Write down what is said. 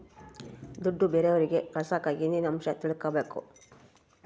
ದುಡ್ಡು ಬೇರೆಯವರಿಗೆ ಕಳಸಾಕ ಏನೇನು ಅಂಶ ತಿಳಕಬೇಕು?